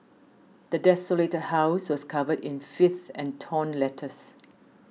the desolated house was covered in filth and torn letters